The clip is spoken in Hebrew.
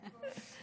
סליחה.